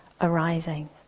arising